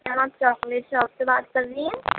کیا آپ chocolate shop سے بات کر رہی ہیں